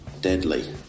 Deadly